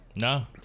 No